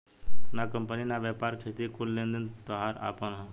ना कंपनी ना व्यापार, खेती के कुल लेन देन ताहार आपन ह